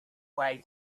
way